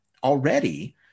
Already